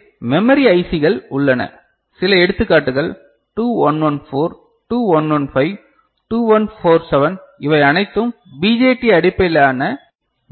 எனவே memory IC கள் உள்ளன சில எடுத்துக்காட்டுகள் 2114 2115 2147 இவை அனைத்தும் பிஜேடி அடிப்படையிலான